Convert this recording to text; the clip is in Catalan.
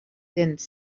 tens